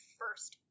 first